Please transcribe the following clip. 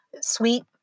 sweet